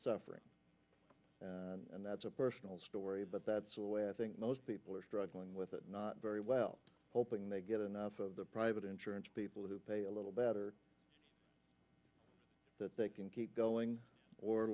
suffering and that's a personal story but that's a way i think most people are struggling with it not very well hoping they get enough of the private insurance people who pay a little better so that they can keep going or